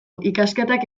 ikasketak